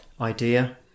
idea